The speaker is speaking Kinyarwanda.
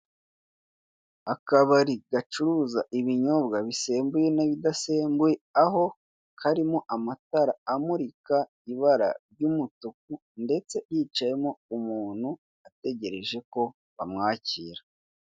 Akabari gacuruza ibinyobwa bisembuye n'ibidasembuwe, aho karimo amatara amurika ibara ry'umutuku ndetse hicayemo umuntu ategereje ko bamwakira.